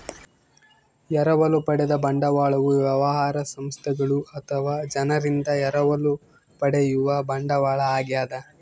ಎರವಲು ಪಡೆದ ಬಂಡವಾಳವು ವ್ಯವಹಾರ ಸಂಸ್ಥೆಗಳು ಅಥವಾ ಜನರಿಂದ ಎರವಲು ಪಡೆಯುವ ಬಂಡವಾಳ ಆಗ್ಯದ